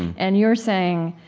and you're saying,